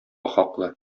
хаклы